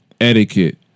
etiquette